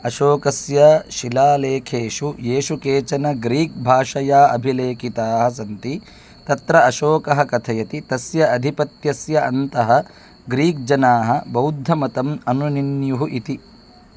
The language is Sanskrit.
अशोकस्य शिलालेखेषु येषु केचन ग्रीक् भाषया अभिलेखिताः सन्ति तत्र अशोकः कथयति तस्य अधिपत्यस्य अन्तः ग्रीक् जनाः बौद्धमतम् अनुनिन्युः इति